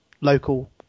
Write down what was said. local